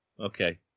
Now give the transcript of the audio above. okay